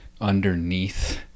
underneath